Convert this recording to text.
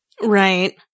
Right